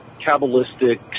Kabbalistic